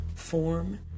Form